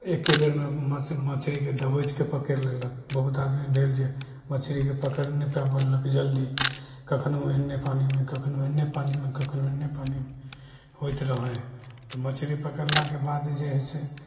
एक्के बेरमे मछरी मछरीके दबोचिके पकड़ि लेलक बहुत आदमी भेल जे मछरीके पकड़ने पै पएलक जल्दी कखनहु ओन्ने पानीमे कखनहु एन्ने पानी कखनहु एन्ने पानीमे होइत रहै हइ मछरी पकड़लाके बाद जे हइ से